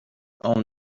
own